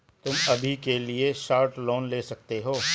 तुम अभी के लिए शॉर्ट लोन ले सकते हो